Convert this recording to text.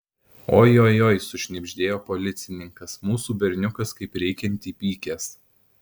ojojoi sušnibždėjo policininkas mūsų berniukas kaip reikiant įpykęs